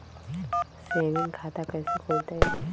Saving खाता कैसे खुलतई?